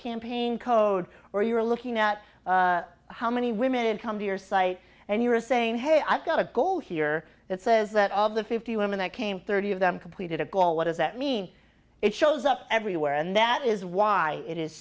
campaign code or you were looking at how many women had come to your site and you were saying hey i've got a goal here that says that of the fifty women that came thirty of them completed a goal what does that mean it shows up everywhere and that is why it is